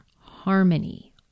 harmony